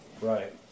Right